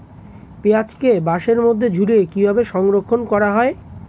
পেঁয়াজকে বাসের মধ্যে ঝুলিয়ে কিভাবে সংরক্ষণ করা হয়?